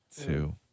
Two